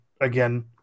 Again